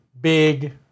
Big